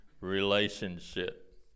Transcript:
relationship